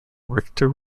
richter